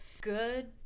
good